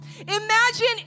Imagine